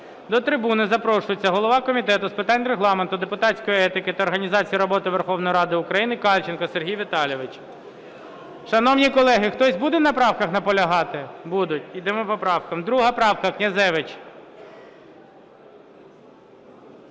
До трибуни запрошується голова Комітету з питань Регламенту, депутатської етики та організації роботи Верховної Ради України Кальченко Сергій Віталійович. Шановні колеги, хтось буде на правках наполягати? Будуть. Йдемо по поправках. Друге правка, Князевич.